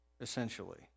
essentially